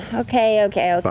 okay, okay. ah but